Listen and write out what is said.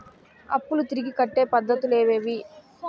అప్పులు తిరిగి కట్టే పద్ధతులు ఏవేవి